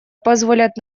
позволят